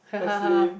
that's lame